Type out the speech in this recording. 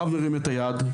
הרב מרים את היד,